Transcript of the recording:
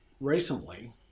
recently